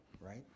right